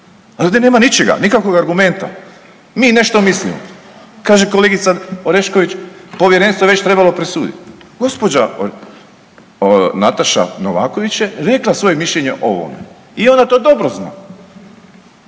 ovdje nema ničega, nikakvog argumenta, mi nešto mislimo. Kaže kolegica Orešković povjerenstvo je već trebalo presuditi. Gospođa Nataša Novaković je rekla svoje mišljenje o ovome i ona to dobro zna.